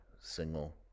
single